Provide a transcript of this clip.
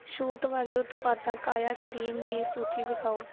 ਛੂਟ ਵਾਲੇ ਉਤਪਾਦਾਂ ਕਾਇਆ ਕਲੀਨ ਦੀ ਸੂਚੀ ਵਿਖਾਉ